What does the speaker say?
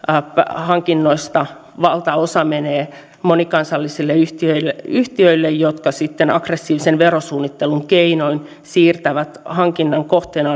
hankinnoista valtaosa menee monikansallisille yhtiöille yhtiöille jotka sitten aggressiivisen verosuunnittelun keinoin siirtävät hankinnan kohteena